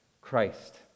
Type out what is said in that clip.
Christ